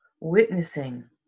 witnessing